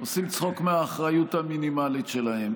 עושים צחוק מהאחריות המינימלית שלהם.